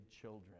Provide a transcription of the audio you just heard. children